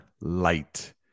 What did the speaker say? light